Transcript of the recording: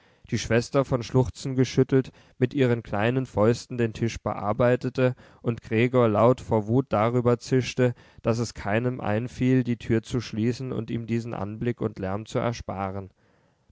die schwester von schluchzen geschüttelt mit ihren kleinen fäusten den tisch bearbeitete und gregor laut vor wut darüber zischte daß es keinem einfiel die tür zu schließen und ihm diesen anblick und lärm zu ersparen